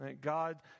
God